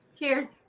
Cheers